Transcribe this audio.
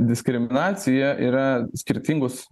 diskriminacija yra skirtingus